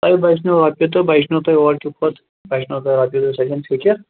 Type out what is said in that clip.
تۄہہِ بَچنو رۄپیہِ تہٕ بَچنو تۄہہ اورکہِ کھۄتہٕ بَچنو تۄہہِ رۄپیہِ زٕ سۄ چھَنہٕ فِکِر